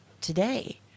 today